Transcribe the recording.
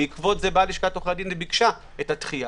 בעקבות זה לשכת עורכי הדין ביקשה את הדחייה.